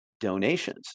Donations